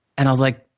and i was like,